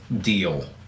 deal